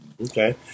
Okay